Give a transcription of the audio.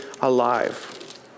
alive